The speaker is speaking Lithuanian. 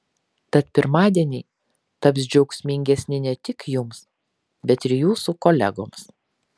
tad pirmadieniai taps džiaugsmingesni ne tik jums bet ir jūsų kolegoms